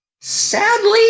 Sadly